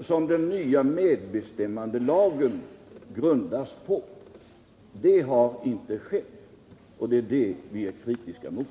som den nya medbestämmandelagen grundas på. Så har inte skett, vilket vi är kritiska mot.